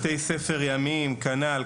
בתי ספר ימיים כנ"ל,